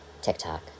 tiktok